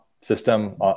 system